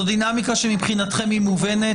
זאת דינמיקה שמבחינתכם היא מובנת.